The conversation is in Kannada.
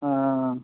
ಹಾಂ